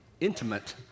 intimate